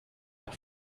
der